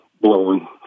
blowing